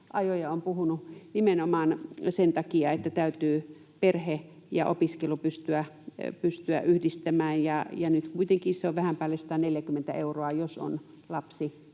ja ovat puhuneet siitä nimenomaan sen takia, että täytyy perhe ja opiskelu pystyä yhdistämään. Nyt kuitenkin se on vähän päälle 140 euroa opintorahan